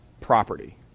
property